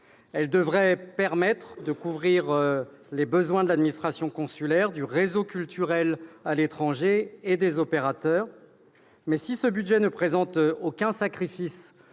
Elle devrait permettre de couvrir les besoins de l'administration consulaire, du réseau culturel à l'étranger et des opérateurs. Mais si ce budget ne présente aucun sacrifice